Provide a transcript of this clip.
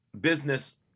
business